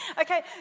Okay